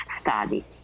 Study